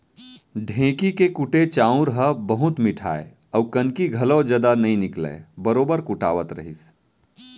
ढेंकी के कुटे चाँउर ह बहुत मिठाय अउ कनकी घलौ जदा नइ निकलय बरोबर कुटावत रहिस